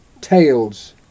tales